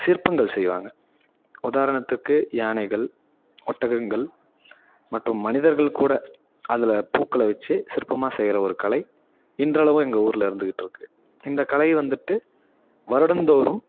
சிற்பங்கள் செய்வாங்க உதாரணத்திற்கு யானைகள் ஒட்டகங்கள் மற்றும் மனிதர்கள் கூட அதில் பூக்களை வச்சு சிற்பமாக செய்கிற ஒரு கலை இன்றளவும் எங்கள் ஊரில் இருந்துகிட்டுருக்கு இந்த கலை வந்துட்டு வருடந்தோறும்